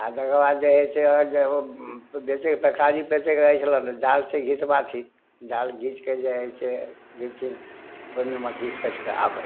आ तकर बाद जे हइ से ओ बेचैके पैकारी बेचैके रहै छलए जाल से घिचबाक छै जाल घीचके जे हइ से घिचिंग ओहिमे मछली फैंस कऽ आबै